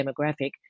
demographic